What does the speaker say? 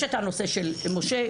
יש את הנושא של מש"ה,